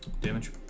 Damage